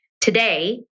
Today